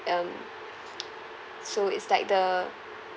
um so it's like the